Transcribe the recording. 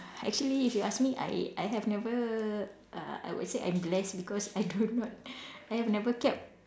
actually if you ask me I I have never uh I would say I'm blessed because I do not I have never kept